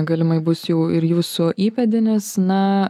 galimai bus jau ir jūsų įpėdinis na